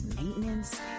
maintenance